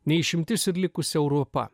ne išimtis ir likusi europa